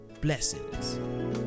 Blessings